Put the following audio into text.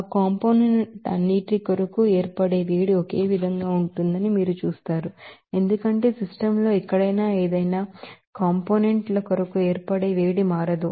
ఆ కాంపోనెంట్ లన్నింటి కొరకు ఏర్పడే వేడి ఒకేవిధంగా ఉంటుందని మీరు చూశారు ఎందుకంటే సిస్టమ్ లో ఎక్కడైనా ఏదైనా కాంపోనెంట్ ల కొరకు ఏర్పడే వేడి మారదు